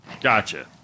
Gotcha